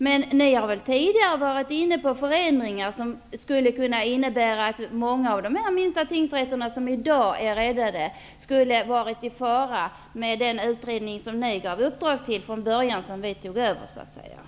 Men ni har väl tidigare varit inne på förändringar i den utredning som ni från början gav uppdraget till? Det skulle ha inneburit att många av de små tingsrätter som i dag har räddats skulle ha varit i fara.